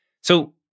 So-